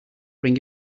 bring